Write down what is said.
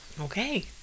Okay